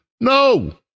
No